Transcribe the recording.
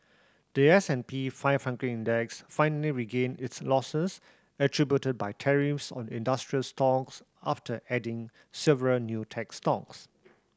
the S and P five hundred Index finally regained its losses attributed by tariffs on industrial stocks after adding several new tech stocks